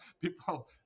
People